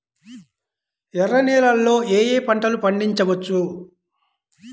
ఎర్ర నేలలలో ఏయే పంటలు పండించవచ్చు?